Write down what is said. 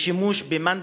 ושימוש במנדל,